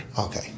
Okay